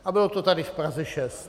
A bylo to tady v Praze 6.